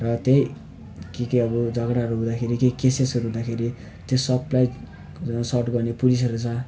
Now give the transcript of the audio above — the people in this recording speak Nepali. र त्यहीँ के के अब झगडाहरू हुँदाखेरि केही केसेस हुँदाखेरि त्यो सबलाई कुरा सट गर्ने पुलिसहरू छ